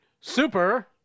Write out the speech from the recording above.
Super